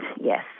yes